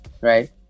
right